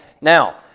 Now